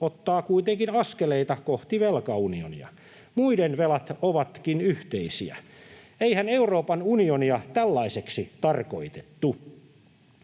ottaa kuitenkin askeleita kohti velkaunionia. Muiden velat ovatkin yhteisiä. Eihän Euroopan unionia tällaiseksi tarkoitettu.